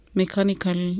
mechanical